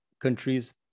countries